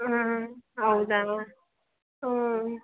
ಹ್ಞೂ ಹೌದಾ ಹ್ಞೂ